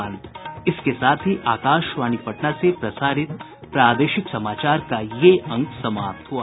इसके साथ ही आकाशवाणी पटना से प्रसारित प्रादेशिक समाचार का ये अंक समाप्त हुआ